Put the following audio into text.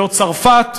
לא צרפת,